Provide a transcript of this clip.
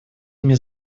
ими